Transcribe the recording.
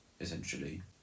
essentially